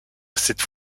cette